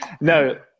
No